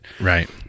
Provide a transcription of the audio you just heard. Right